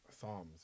psalms